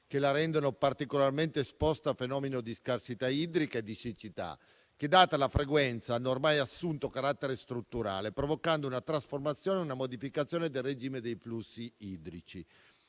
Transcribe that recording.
che la rendono particolarmente esposta ai fenomeni di scarsità idrica e di siccità, che, data la frequenza, hanno ormai assunto carattere strutturale, provocando una trasformazione e una modificazione del regime dei flussi idrici.